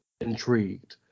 intrigued